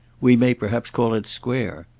we may perhaps call it square.